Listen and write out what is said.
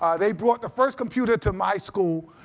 they brought the first computer to my school.